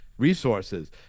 resources